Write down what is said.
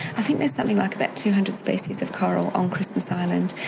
i think there's something like about two hundred species of coral on christmas island,